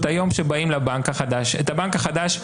הבנק החדש,